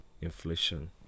inflation